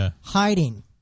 hiding